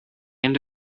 end